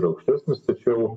yra aukštesnis tačiau